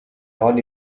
non